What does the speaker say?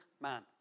man